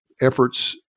efforts